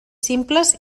simples